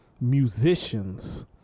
musicians